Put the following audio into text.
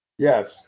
Yes